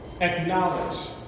acknowledge